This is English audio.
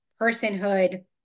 personhood